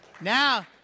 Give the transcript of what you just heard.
Now